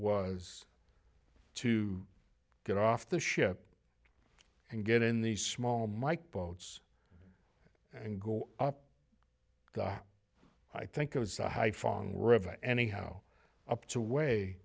was to get off the ship and get in these small mike boats and go up i think it was a high following the river anyhow up to way